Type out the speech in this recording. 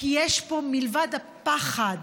כי מלבד הפחד